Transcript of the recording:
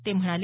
ते म्हणाले